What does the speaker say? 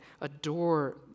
Adore